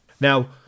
now